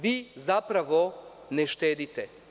Vi zapravo ne štedite.